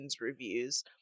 reviews